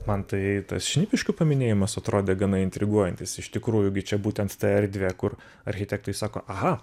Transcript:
man tai tas šnipiškių paminėjimas atrodė gana intriguojantis iš tikrųjų gi čia būtent ta erdvė kur architektai sako aha